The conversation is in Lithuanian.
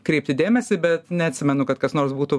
kreipti dėmesį bet neatsimenu kad kas nors būtų